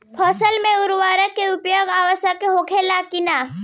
फसल में उर्वरक के उपयोग आवश्यक होला कि न?